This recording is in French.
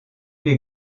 les